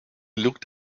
looked